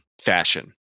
fashion